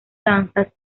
danzas